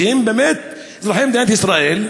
שהם באמת אזרחי מדינת ישראל,